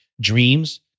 dreams